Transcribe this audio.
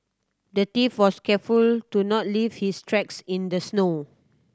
the thief was careful to not leave his tracks in the snow